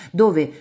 dove